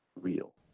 real